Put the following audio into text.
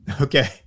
Okay